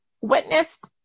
witnessed